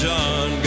John